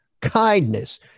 kindness